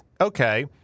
okay